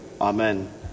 Amen